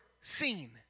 seen